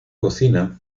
cocina